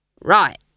Right